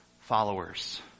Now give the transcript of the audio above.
followers